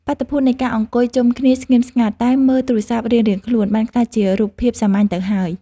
បាតុភូតនៃការអង្គុយជុំគ្នាស្ងៀមស្ងាត់តែមើលទូរស័ព្ទរៀងៗខ្លួនបានក្លាយជារូបភាពសាមញ្ញទៅហើយ។